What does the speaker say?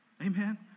Amen